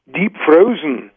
deep-frozen